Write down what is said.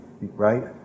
right